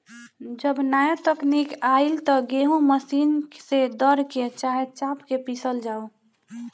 जब नाया तकनीक आईल त गेहूँ मशीन से दर के, चाहे चाप के पिसल जाव